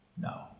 No